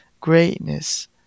greatness